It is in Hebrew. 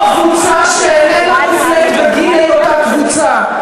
שקבוצה שאיננה מופלית בגין היותה קבוצה,